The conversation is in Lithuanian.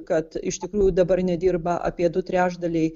kad iš tikrųjų dabar nedirba apie du trečdaliai